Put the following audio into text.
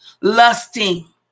lusting